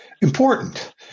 important